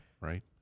right